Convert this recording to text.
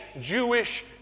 Jewish